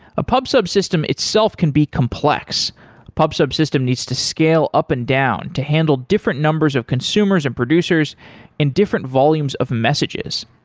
a pub-sub system itself can be complex. a pub-sub system needs to scale up and down to handle different numbers of consumers and producers in different volumes of messages.